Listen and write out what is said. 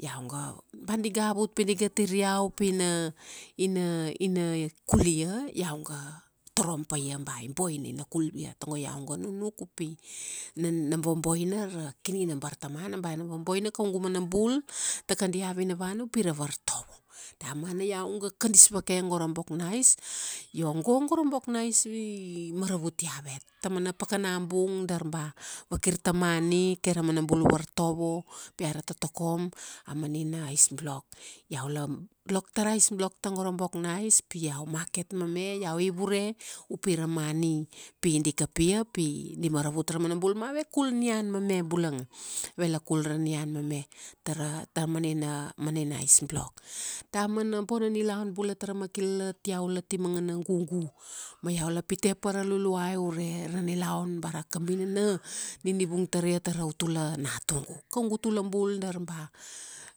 iau ga, ba diga vut pi diga tir iau pi na, ina, ina, ina kul ia, iau ga, torom pa ia ba i boina ina kul ia. Tago iau ga nunuk upi na vaboina ra kini na bartamana ba na vaboina kaugu mana bul ta kadia vinavana upi ra vartovo. Da mana iau ga kadis vake go ra bok na ice, io go go ra bok na ice i, i maravutia vet. Tauman pakana bung dar ba vakir ta mani kai ra mana bul vartovo, pi aira totokom. A mani na ice block iau la, block tara ice block tago ra bok na ice, pi iau market mame iau ivure, upi ra mani pi di kapia pi di maravut ra mana bul ma ave kul nian mame bulanga. Avela kul ra nian mame. Tara, tara mani na mani na ice block. Damana bona nilaun bula tara makilalat iau la ti mangana gugu. Ma iau la pite pa ra luluai ure ra nilaun ba ra kabinana, ni di vung taria tara utula natugu. Kaugu utua bul dar ba,